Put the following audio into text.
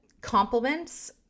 compliments